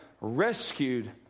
rescued